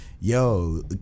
yo